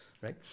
right